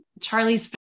Charlie's